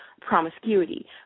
promiscuity